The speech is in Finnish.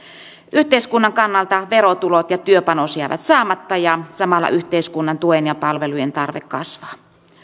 yhteiskunnan kannalta verotulot ja työpanos jäävät saamatta ja samalla yhteiskunnan tuen ja palvelujen tarve kasvaa